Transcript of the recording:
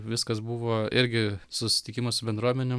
viskas buvo irgi susitikimo su bendruomenėm